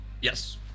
yes